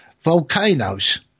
volcanoes